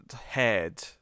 head